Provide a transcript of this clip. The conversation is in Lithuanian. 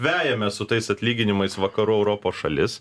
vejamės su tais atlyginimais vakarų europos šalis